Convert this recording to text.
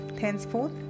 Henceforth